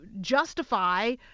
justify